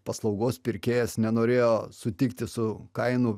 paslaugos pirkėjas nenorėjo sutikti su kainų